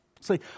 See